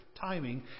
timing